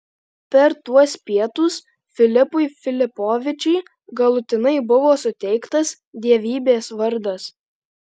per tuos pietus filipui filipovičiui galutinai buvo suteiktas dievybės vardas